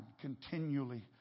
continually